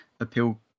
appeal